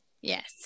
Yes